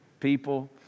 people